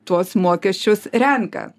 tuos mokesčius renka